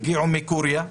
הגיעו מקוריאה,